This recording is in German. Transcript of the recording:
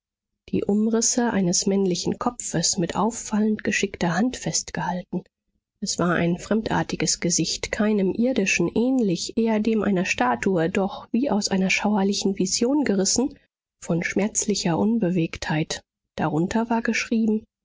die umrisse eines männlichen kopfes mit auffallend geschickter hand festgehalten es war ein fremdartiges gesicht keinem irdischen ähnlich eher dem einer statue doch wie aus einer schauerlichen vision gerissen von schmerzlicher unbewegtheit darunter war geschrieben